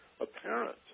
apparent